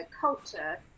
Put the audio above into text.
culture